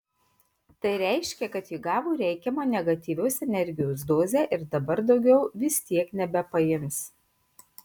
tai reiškia kad ji gavo reikiamą negatyvios energijos dozę ir dabar daugiau vis tiek nebepaims